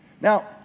Now